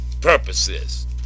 purposes